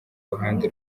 ruhande